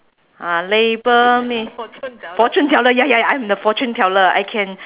uh label mean fortune teller ya ya I'm the fortune teller I can